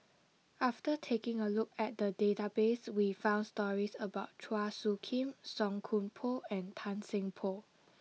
after taking a look at the database we found stories about Chua Soo Khim Song Koon Poh and Tan Seng Poh